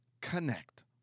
connect